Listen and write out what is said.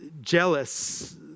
jealous